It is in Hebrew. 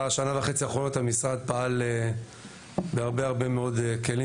בשנה וחצי האחרונות המשרד פעל בהרבה הרבה מאוד כלים